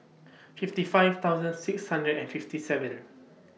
fifty five thousand six hundred and fifty seven